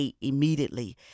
immediately